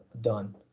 done